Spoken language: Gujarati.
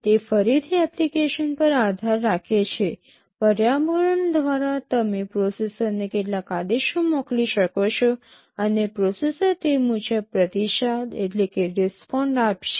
તે ફરીથી એપ્લિકેશન પર આધાર રાખે છે પર્યાવરણ દ્વારા તમે પ્રોસેસરને કેટલાક આદેશો મોકલી શકો છો અને પ્રોસેસર તે મુજબ પ્રતિસાદ આપશે